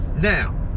Now